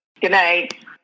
Goodnight